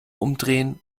umdrehen